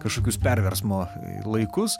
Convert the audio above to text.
kažkokius perversmo laikus